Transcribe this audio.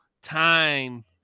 time